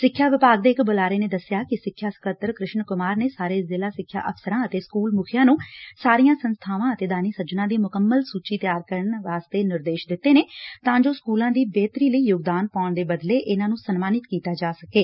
ਸਿੱਖਿਆ ਵਿਭਾਗ ਦੇ ਇਕ ਬੁਲਾਰੇ ਨੇ ਦਸਿਆ ਕਿ ਸਿੱਖਿਆ ਸਕੱਤਰ ਕ੍ਰਿਸ਼ਨ ਕੁਮਾਰ ਨੇ ਸਾਰੇ ਜ਼ਿਲ਼ਾ ਸਿੱਖਿਆ ਅਫ਼ਸਰਾਂ ਅਤੇ ਸਕੁਲ ਮੁੱਖੀਆਂ ਨੂੰ ਸਾਰੀਆਂ ਸੰਸਬਾਵਾਂ ਅਤੇ ਦਾਨੀ ਸੱਜਣਾਂ ਦੀ ਮੁਕੰਮਲ ਸੁਚੀ ਤਿਆਰ ਕਰਨ ਵਾਸਤੇ ਨਿਰਦੇਸ਼ ਦਿੱਤੇ ਨੇ ਤਾਂ ਜੋ ਸਕੁਲਾਂ ਦੀ ਬਿਹਤਰੀ ਲਈ ਯੋਗਦਾਨ ਪਾਉਣ ਦੇ ਬਦਲੇ ਇਨਾਂ ਨੂੰ ਸਨਮਾਨਿਤ ਕੀਤਾ ਜਾ ਸਕੇ